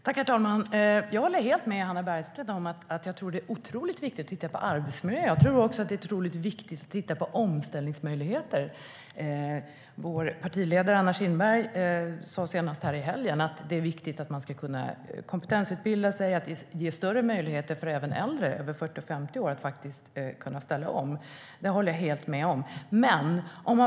Herr talman! Jag håller helt med Hannah Bergstedt om att det är otroligt viktigt att titta på arbetsmiljön. Jag tror också att det är otroligt viktigt att titta på omställningsmöjligheter. Vår partiledare Anna Kinberg Batra sade senast i helgen att det är viktigt att man ska kunna kompetensutbilda sig och att det ges större möjligheter även för äldre som är över 40-50 år att ställa om. Det håller jag helt med om.